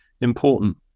important